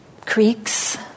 creeks